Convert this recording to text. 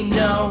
no